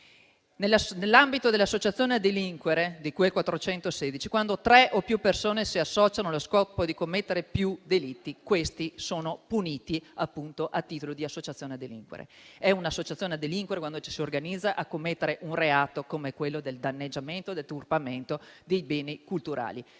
Nell'ambito dell'associazione a delinquere, di cui all'articolo 416 del codice penale, quando tre o più persone si associano allo scopo di commettere più delitti, questi sono puniti a titolo di associazione a delinquere. Si ha un'associazione a delinquere quando ci si organizza per commettere un reato come quello del danneggiamento o deturpamento dei beni culturali.